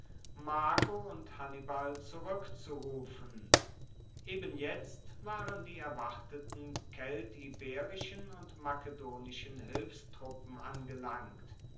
mago und hannibal zurueckzurufen eben jetzt waren die erwarteten keltiberischen und makedonischen hilfstruppen angelangt